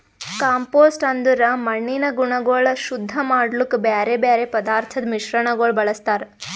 compost ಅಂದುರ್ ಮಣ್ಣಿನ ಗುಣಗೊಳ್ ಶುದ್ಧ ಮಾಡ್ಲುಕ್ ಬ್ಯಾರೆ ಬ್ಯಾರೆ ಪದಾರ್ಥದ್ ಮಿಶ್ರಣಗೊಳ್ ಬಳ್ಸತಾರ್